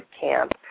Camp